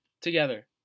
together